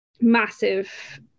massive